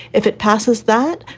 if it passes that,